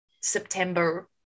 September